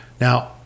Now